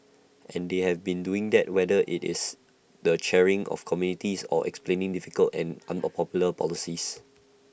and they have been seen doing that whether IT is the chairing of committees or explaining difficult and unpopular policies